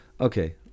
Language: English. Okay